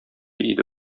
иде